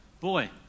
boy